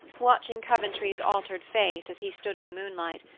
watching coventry's altered face as he stood in the moonlight,